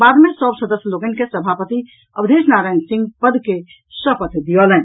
बाद मे सभ सदस्य लोकनि के सभापति अवधेश नारायण सिंह पद के शपथ दियौलनि